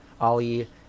Ali